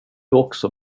också